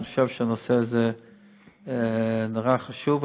אני חושב שהנושא הזה נורא חשוב,